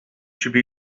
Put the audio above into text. should